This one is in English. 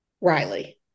Riley